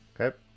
Okay